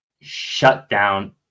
shutdown